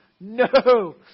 no